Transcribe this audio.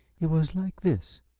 it was like this.